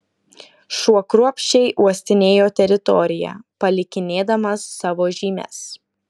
šuo kruopščiai uostinėjo teritoriją palikinėdamas savo žymes